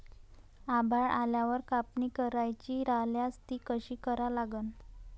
आभाळ आल्यावर कापनी करायची राह्यल्यास ती कशी करा लागन?